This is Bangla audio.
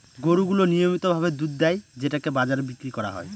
গরু গুলো নিয়মিত ভাবে দুধ দেয় যেটাকে বাজারে বিক্রি করা হয়